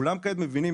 כולם כעת מבינים,